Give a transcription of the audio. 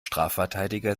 strafverteidiger